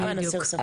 למען הסר ספק.